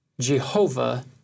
Jehovah